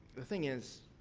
the thing is,